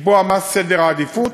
לקבוע את סדר העדיפויות,